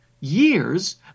years